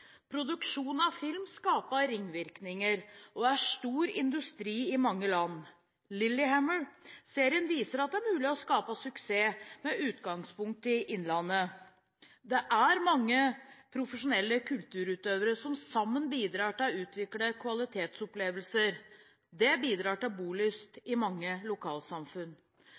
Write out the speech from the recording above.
Produksjon av film skaper ringvirkninger og er stor industri i mange land. Lilyhammer-serien viser at det er mulig å skape suksess med utgangspunkt i Innlandet. Det er mange profesjonelle kulturutøvere som sammen bidrar til å utvikle kvalitetsopplevelser. Det bidrar til bolyst i mange lokalsamfunn.